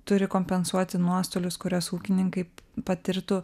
turi kompensuoti nuostolius kuriuos ūkininkai patirtų